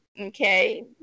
Okay